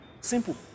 Simple